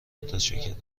متشکرم